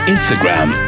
Instagram